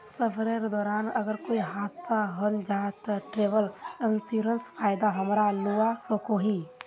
सफरेर दौरान अगर कोए हादसा हन जाहा ते ट्रेवल इन्सुरेंसर फायदा हमरा लुआ सकोही